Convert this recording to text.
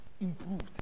improved